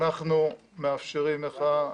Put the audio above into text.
אנחנו מאפשרים מחאה,